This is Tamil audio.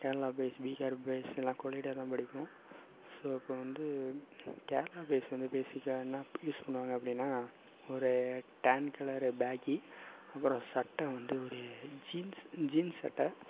கேரளா பாய்ஸ் பீகார் பாய்ஸ் எல்லாம் கொலிடாக தான் படிப்போம் ஸோ இப்போ வந்து கேரளா பாய்ஸ் வந்து பேஸிக்காக என்ன யூஸ் பண்ணுவாங்க அப்படின்னா ஒரு டங்க் கலர் பேஹி அப்பறம் சட்டை வந்து ஒரு ஜீன்ஸ்ஸு ஜீன்ஸ் சட்டை